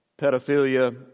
pedophilia